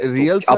real